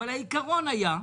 אבל העיקרון היה,